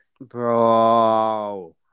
Bro